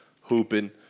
hooping